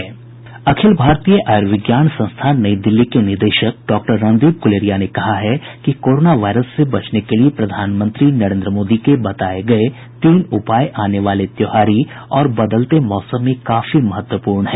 अखिल भारतीय आयुर्विज्ञान संस्थान नई दिल्ली के निदेशक डॉक्टर रणदीप गुलेरिया ने कहा है कि कोरोना वायरस से बचने के लिए प्रधानमंत्री नरेन्द्र मोदी के बताए गये तीन उपाय आने वाले त्यौहारी और बदलते मौसम में काफी महत्वपूर्ण हैं